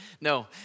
No